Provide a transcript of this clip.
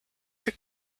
für